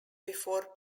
before